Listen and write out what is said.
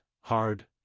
hard